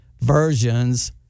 versions